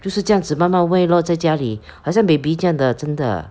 就是这样子慢慢喂 lor 在家里好像 baby 这样的真的